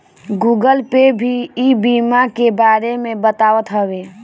Google Pay भी ई बीमा के बारे में बतावत हवे